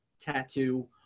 tattoo